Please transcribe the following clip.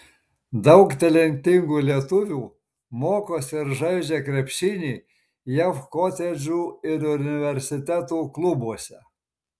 daug talentingų lietuvių mokosi ir žaidžia krepšinį jav kotedžų ir universitetų klubuose